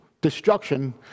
destruction